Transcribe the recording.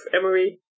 Emery